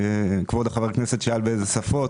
כבוד חבר הכנסת שאל באיזה שפות